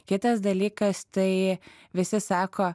kitas dalykas tai visi sako